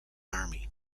army